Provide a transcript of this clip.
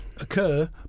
Occur